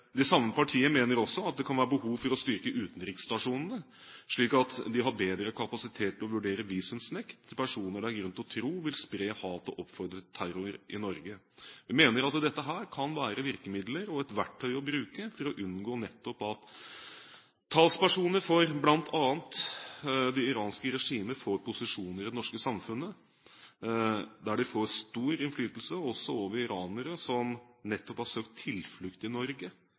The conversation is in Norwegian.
De samme partier mener også at det kan være behov for å styrke utenriksstasjonene, slik at de har bedre kapasitet til å vurdere visumnekt til personer det er grunn til å tro vil spre hat og oppfordre til terror i Norge. Vi mener at dette kan være virkemidler og et verktøy å bruke for nettopp å unngå at talspersoner for bl.a. det iranske regimet får posisjoner i det norske samfunnet, der de får stor innflytelse også over iranere som nettopp har søkt tilflukt i Norge